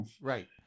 Right